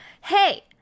hey